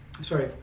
sorry